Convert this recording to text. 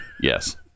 yes